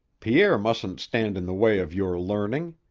pierre mustn't stand in the way of your learning.